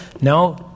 No